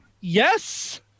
Yes